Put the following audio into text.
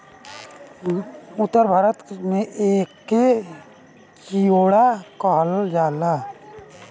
उत्तर भारत में एके चिवड़ा कहल जाला